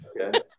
okay